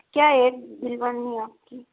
क्या है जीवन में आपकी